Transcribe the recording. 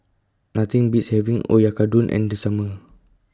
Nothing Beats having Oyakodon in The Summer